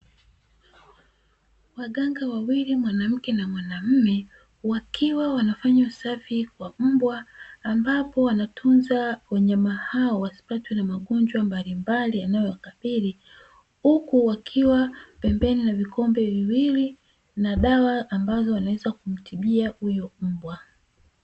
Waganga wawili (mwanamke na mwanaume) wakiwa wanafanya usafi kwa mbwa, ambapo wanatunza wanyama hawa wasipatwe na magonjwa mbalimbali yanayowakabili, huku wakiwa pembeni ya vikombe viwili na dawa ambazo wanaweza kumtibia huyo mbwa.